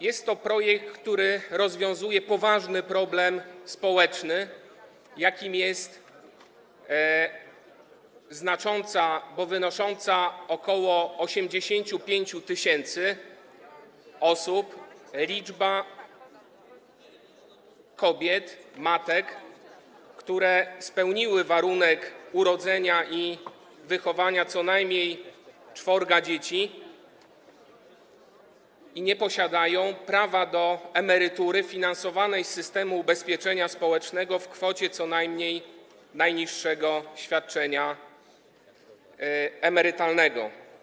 Jest to projekt, który rozwiązuje poważny problem społeczny, jakim jest istnienie znaczącej, bo wynoszącej ok. 85 tys., liczby kobiet, matek, które spełniły warunek polegający na urodzeniu i wychowaniu co najmniej czworga dzieci i nie posiadają prawa do emerytury finansowanej z systemu ubezpieczenia społecznego w kwocie co najmniej najniższego świadczenia emerytalnego.